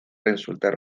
resultar